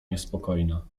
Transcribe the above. niespokojna